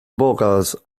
vocals